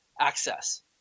access